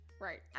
Right